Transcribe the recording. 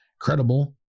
Credible